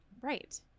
Right